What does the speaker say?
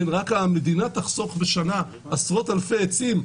המדינה תחסוך בשנה עשרות אלפי עצים,